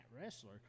wrestler